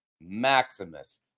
maximus